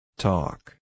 Talk